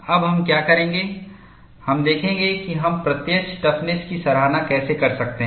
अब हम क्या करेंगे हम देखेंगे कि हम प्रत्यक्ष टफनेस की सराहना कैसे कर सकते हैं